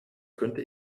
könnte